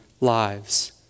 lives